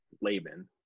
Laban